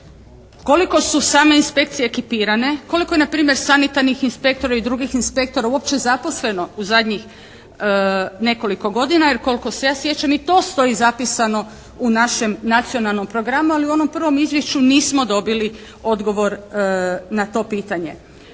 Koliko su same inspekcije ekipirane? Koliko je na primjer sanitarnih inspektora i drugih inspektora uopće zaposleno u zadnjih nekoliko godina jer koliko se ja sjećam i to stoji zapisano u našem nacionalnom programu, ali u onom prvom izvješću nismo dobili odgovor na to pitanje.